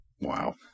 Wow